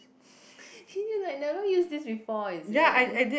you like never use this before is it